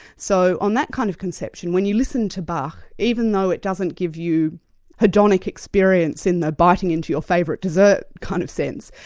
so on that kind of conception, when you listen to bach, even though it doesn't give you hedonic experience in the biting into your favourite desert kind of sense,